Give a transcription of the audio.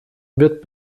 wird